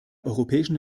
europäischen